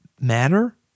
matter